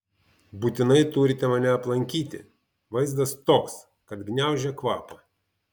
būtinai turite mane aplankyti vaizdas toks kad gniaužia kvapą